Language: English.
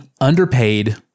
underpaid